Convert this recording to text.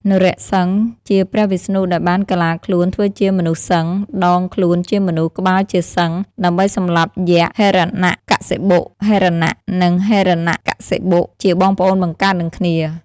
នរសិង្ហ ជាព្រះវិស្ណុដែលបានកាឡាខ្លួនធ្វើជាមនុស្សសិង្ហ (ដងខ្លួនជាមនុស្ស ក្បាលជាសិង្ហ) ដើម្បីសម្លាប់យក្សហិរណកសិបុ(ហិរណៈ និងហិរណកសិបុ ជាបងប្អូនបង្កើតនឹងគ្នា)។